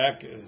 back